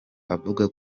avuga